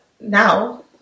now